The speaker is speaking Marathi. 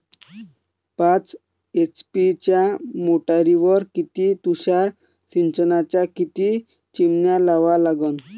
पाच एच.पी च्या मोटारीवर किती तुषार सिंचनाच्या किती चिमन्या लावा लागन?